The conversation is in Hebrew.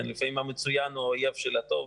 לפעמים המצוין הוא האויב של הטוב,